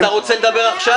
אז אתה רוצה לדבר עכשיו?